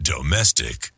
Domestic